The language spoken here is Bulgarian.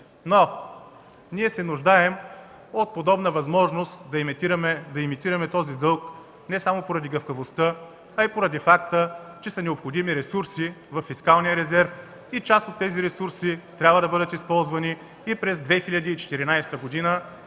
Ние се нуждаем от подобна възможност да емитираме този дълг не само поради гъвкавостта, а и поради факта, че са необходими ресурси във фискалния резерв. Част от тези ресурси трябва да бъдат използвани и през 2014 г.,